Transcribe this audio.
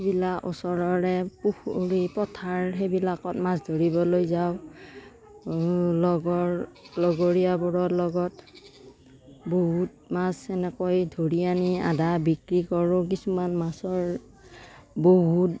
বিলাক ওচৰৰে পুখুৰী পথাৰ সেইবিলাকত মাছ ধৰিবলৈ যাওঁ লগৰ লগৰীয়াবোৰৰ লগত বহুত মাছ এনেকৈ ধৰি আনি আধা বিক্ৰী কৰোঁ কিছুমান মাছৰ বহুত